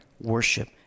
worship